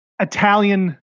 italian